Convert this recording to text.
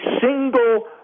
single